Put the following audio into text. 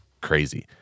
crazy